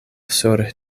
sur